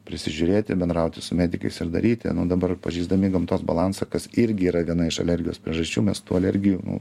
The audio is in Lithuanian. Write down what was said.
prisižiūrėti bendrauti su medikais ir daryti nu dabar pažeisdami gamtos balansą kas irgi yra viena iš alergijos priežasčių mes tų alergijų nu